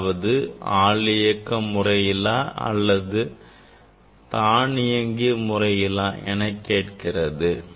அதாவது ஆள் இயக்க முறையிலா அல்லது தானியங்கி முறையிலா என கேட்கிறது